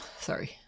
sorry